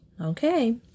Okay